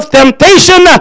temptation